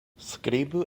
skribu